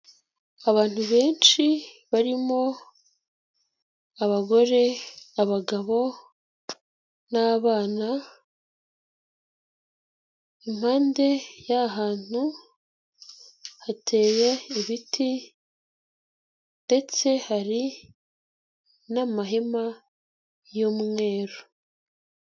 Abantu benshi barimo abagore, abagabo n'abana, impande y'ahantu hateye ibiti ndetse hari n'amahema y'umweru.